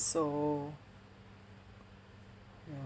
so